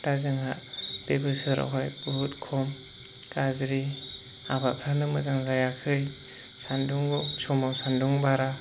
दा जोंहा बे बोसोरावहाय बहुद खम गाज्रि आबादफ्रानो मोजां जायाखै सान्दुं समाव सान्दुं बारा